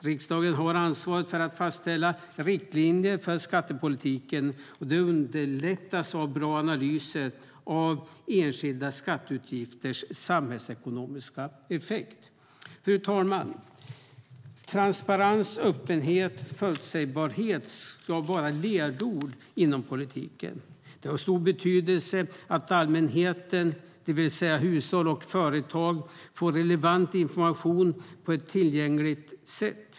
Riksdagen har ansvaret för att fastställa riktlinjer för skattepolitiken. Det underlättas av bra analyser av enskilda skatteutgifters samhällsekonomiska effekt. Fru talman! Transparens, öppenhet och förutsägbarhet ska vara ledord inom politiken. Det är av stor betydelse att allmänheten, det vill säga hushåll och företag, får relevant information på ett tillgängligt sätt.